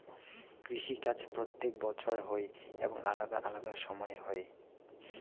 কৃষি কাজ প্রত্যেক বছর হই এবং আলাদা আলাদা সময় হই